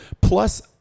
Plus